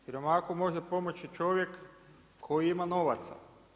Siromahu može pomoći čovjek koji ima novaca.